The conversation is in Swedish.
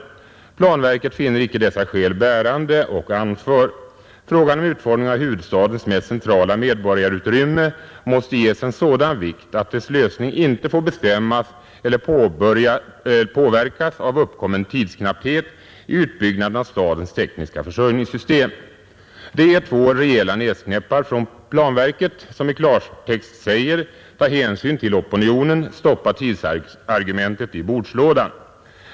Planverket finner icke dessa skäl bärande och anför: ”Frågan om utformningen av huvudstadens mest centrala medborgarutrymme måste ges sådan vikt att dess lösning icke får bestämmas eller påverkas av uppkommen tidsknapphet i utbyggnaden av stadens tekniska försörjningssystem.” Det är två rejäla näsknäppar från planverket som i klartext säger: Ta hänsyn till opinionen! Stoppa tidsargumentet i bordslådan!